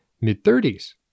mid-30s